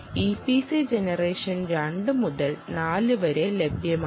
EPC generation 2 മുതൽ 4 വരെ ലഭ്യമാണ്